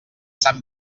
sant